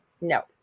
No